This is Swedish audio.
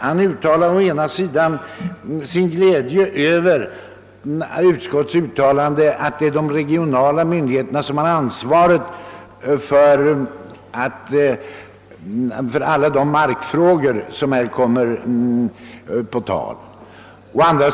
Han uttalade först sin glädje över utskottets passus, att det är de regionala myndigheterna som har ansvaret för alla de markfrågor som i detta sammanhang blir aktuella.